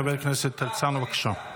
חבר הכנסת הרצנו, בבקשה.